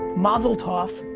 masel tov,